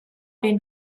been